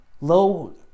low